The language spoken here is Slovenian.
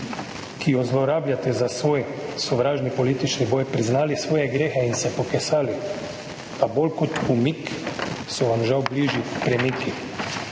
ki jo zlorabljate za svoj sovražni politični boj, priznali svoje grehe in se pokesali, a bolj kot umik so vam žal blizu premiki.